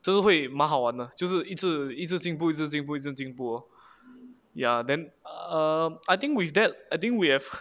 真的会蛮好玩的就是一直一直进步一直进步一直进步 lor ya then err I think with that I think we have